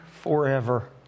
forever